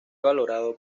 valorado